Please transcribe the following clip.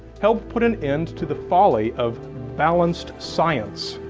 help put an end to the folly of balanced science.